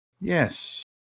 Yes